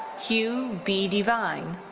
hugh b. devine.